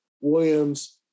williams